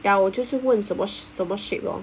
但我就是问什么什么 shape lor